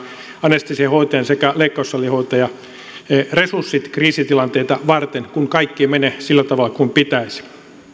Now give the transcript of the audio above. anestesiahoitajan sekä leikkaussalihoitajan resurssit kriisitilanteita varten kun kaikki ei mene sillä tavalla kuin pitäisi